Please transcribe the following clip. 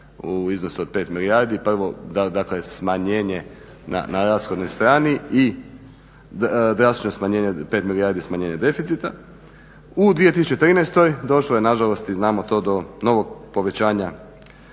u iznosu od 5 milijardi, prvo dakle smanjenje na rashodnoj strani i drastično smanjenje, 5 milijardi smanjenje deficita. U 2013. došlo je nažalost i znamo to do novog povećanja